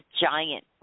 giant